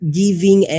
giving